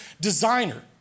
designer